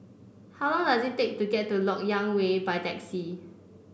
how long does it take to get to LoK Yang Way by taxi